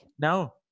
No